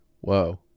Whoa